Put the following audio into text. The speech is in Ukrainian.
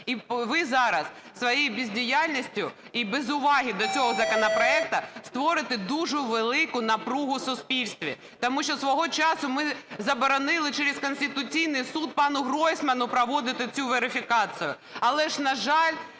І ви зараз своєю бездіяльністю і без уваги до цього законопроекту створите дуже велику напругу в суспільстві. Тому що свого часу ми заборонили через Конституційний Суд пану Гройсману проводити цю верифікацію,